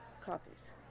copies